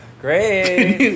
Great